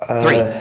three